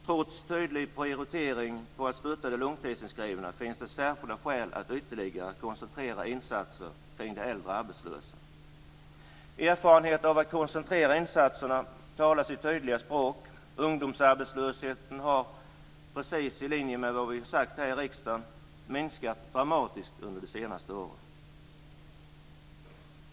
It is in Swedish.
Trots tydlig prioritering på att stötta de långtidsinskrivna finns det särskilda skäl att ytterligare koncentrera insatser kring de äldre arbetslösa. Erfarenheterna av att koncentrera insatser talar sitt tydliga språk. Ungdomsarbetslösheten har, precis i linje med vad vi har sagt här i riksdagen, minskat dramatiskt under de senaste åren.